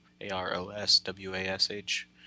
A-R-O-S-W-A-S-H